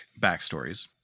backstories